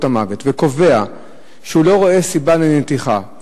המוות קובע שהוא לא רואה סיבה לנתיחה,